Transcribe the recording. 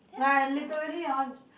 like I literally hor